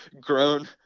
grown